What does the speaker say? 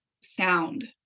sound